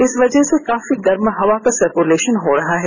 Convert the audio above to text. इस वजह से काफी गर्म हवा का सर्कुलेशन हो रहा है